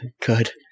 Good